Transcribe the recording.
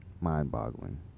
mind-boggling